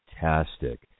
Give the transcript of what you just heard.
fantastic